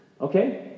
Okay